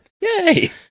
Yay